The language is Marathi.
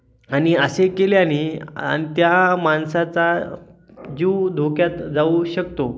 आणि असे केल्याने आणि त्या माणसाचा जीव धोक्यात जाऊ शकतो